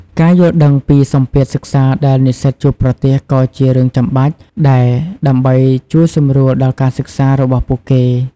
ការយល់ដឹងពីសម្ពាធសិក្សាដែលនិស្សិតជួបប្រទះក៏ជារឿងចាំបាច់ដែរដើម្បីជួយសម្រួលដល់ការសិក្សារបស់ពួកគេ។